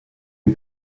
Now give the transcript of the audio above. est